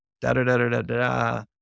da-da-da-da-da-da